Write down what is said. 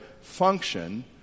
function